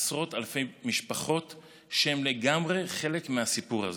עשרות אלפים משפחות שהן לגמרי חלק מהסיפור הזה.